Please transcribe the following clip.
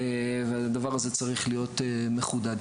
הדבר הזה צריך להיות מחודד.